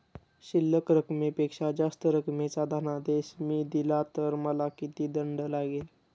शिल्लक रकमेपेक्षा जास्त रकमेचा धनादेश मी दिला तर मला किती दंड लागेल?